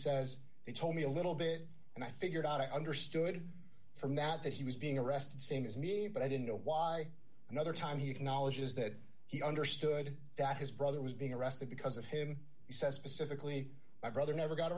says they told me a little bit and i figured out i understood from that that he was being arrested same as me but i didn't know why another time he acknowledges that he understood that his brother was being arrested because of him he says specifically my brother never got